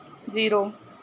zero